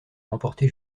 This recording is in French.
remporté